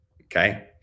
Okay